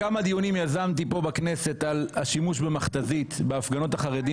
כמה דיונים יזמתי כאן בכנסת על השימוש במכת"זית בהפגנות החרדים